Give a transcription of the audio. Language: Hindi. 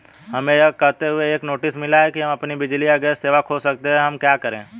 हमें यह कहते हुए एक नोटिस मिला कि हम अपनी बिजली या गैस सेवा खो सकते हैं अब हम क्या करें?